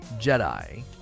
jedi